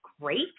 great